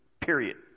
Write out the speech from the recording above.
period